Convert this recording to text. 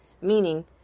meaning